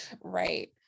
Right